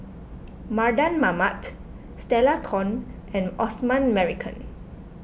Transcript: Mardan Mamat Stella Kon and Osman Merican